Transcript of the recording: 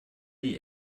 die